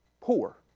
Poor